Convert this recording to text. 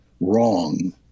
wrong